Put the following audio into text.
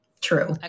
True